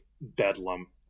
bedlam